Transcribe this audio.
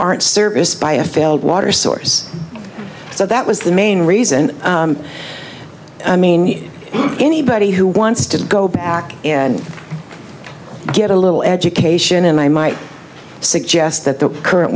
aren't serviced by a failed water source so that was the main reason i mean anybody who wants to go back and get a little education and i might suggest that the current